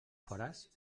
faràs